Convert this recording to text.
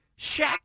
Shaq